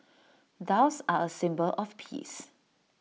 doves are A symbol of peace